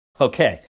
Okay